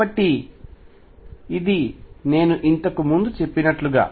కాబట్టి ఇది నేను ఇంతకు ముందు చెప్పినట్లుగా